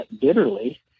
bitterly